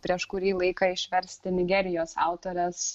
prieš kurį laiką išversti nigerijos autorės